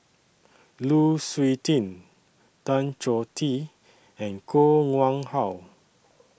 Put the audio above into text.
Lu Suitin Tan Choh Tee and Koh Nguang How